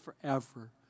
forever